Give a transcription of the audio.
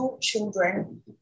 children